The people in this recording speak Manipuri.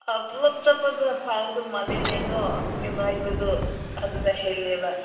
ꯄꯨꯂꯞ ꯆꯠꯄ ꯐꯒꯗꯕ ꯃꯥꯜꯂꯦꯅꯦꯀꯣ ꯅꯨꯡꯉꯥꯏꯕꯗꯣ ꯑꯗꯨꯅ ꯍꯦꯜꯂꯦꯕ